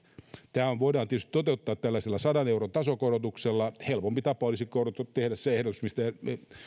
tämä voidaan tietysti toteuttaa tällaisella sadan euron tasokorotuksella helpompi tapa olisi tehdä se ehdotus